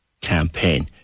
campaign